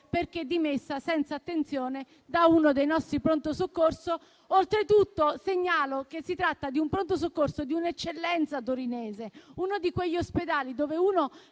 perché dimessa senza attenzione da uno dei nostri pronto soccorso. Oltretutto segnalo che si tratta di un pronto soccorso di un'eccellenza torinese, uno di quegli ospedali dove uno